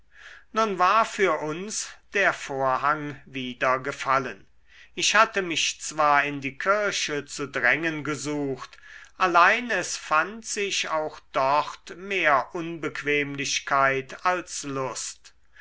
nun war für uns der vorhang wieder gefallen ich hatte mich zwar in die kirche zu drängen gesucht allein es fand sich auch dort mehr unbequemlichkeit als lust